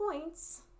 points